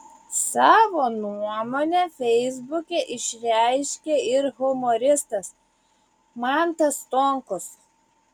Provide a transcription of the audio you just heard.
savo nuomonę feisbuke išreiškė ir humoristas mantas stonkus